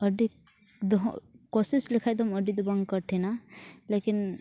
ᱟᱹᱰᱤ ᱫᱚᱦᱚ ᱠᱳᱥᱤᱥ ᱞᱮᱠᱷᱟᱱ ᱫᱚᱢ ᱟᱹᱰᱤᱫᱚ ᱵᱟᱝ ᱠᱚᱴᱷᱤᱱᱟ ᱞᱮᱠᱤᱱ